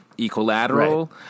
Equilateral